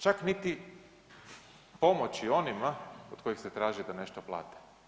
Čak niti pomoći onima od kojih se traži da nešto plate.